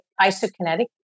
isokinetic